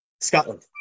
scotland